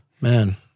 Man